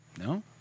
No